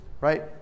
right